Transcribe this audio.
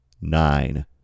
nine